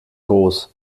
groß